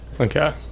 Okay